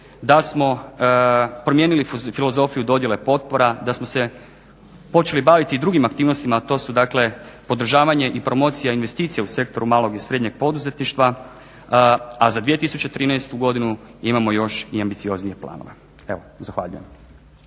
da smo promijenili filozofiju dodjele potpora, da smo se počeli baviti i drugim aktivnostima a to su, dakle podržavanje i promocija investicija u Sektoru malog i srednjeg poduzetništva, a za 2013. godinu imamo još i ambicioznije planove. Evo zahvaljujem.